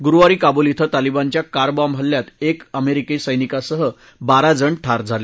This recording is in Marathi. गुरुवारी काबूल इथं तालीबानच्या कारबॉम्ब हल्ल्यात एका अमेरिकी सत्तिकांसह बारा जण ठार झाले